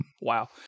Wow